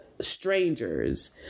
strangers